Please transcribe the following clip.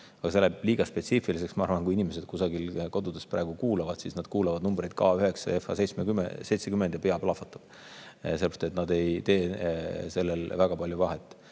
Aga see läheb liiga spetsiifiliseks. Ma arvan, et kui inimesed kusagil kodudes praegu kuulavad, siis nad kuulevad numbreid K9, FH‑70, ja neil pea plahvatab. Sellepärast, et nad ei tee neil väga palju vahet.